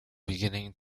beginning